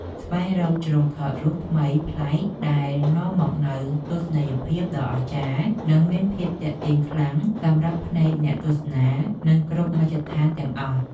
ស្វែងរកជ្រុងថតរូបថ្មីប្លែកដែលនាំមកនូវទស្សនីយភាពដ៏អស្ចារ្យ និងមានភាពទាក់ទាញខ្លាំងសម្រាប់ភ្នែកអ្នកទស្សនា និងគ្រប់មជ្ឈដ្ឋានទាំងអស់។